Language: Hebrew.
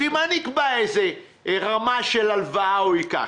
לפי מה נקבע איזו רמה של הלוואה הוא ייקח?